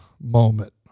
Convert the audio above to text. moment